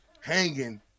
hanging